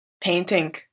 Painting